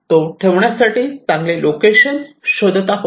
तो ठेवण्यासाठी चांगले लोकेशन शोधत आहोत